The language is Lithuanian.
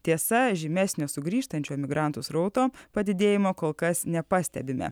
tiesa žymesnio sugrįžtančių emigrantų srauto padidėjimo kol kas nepastebime